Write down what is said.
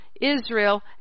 Israel